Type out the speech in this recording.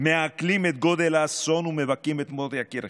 מעכלים את גודל האסון ומבכים את מות יקיריכם.